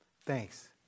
Thanks